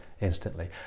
instantly